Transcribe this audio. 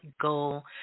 goal